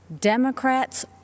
Democrats